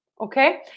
okay